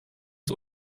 ist